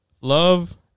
love